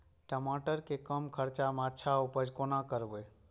टमाटर के कम खर्चा में अच्छा उपज कोना करबे?